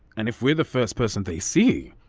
and if we're the first person they see,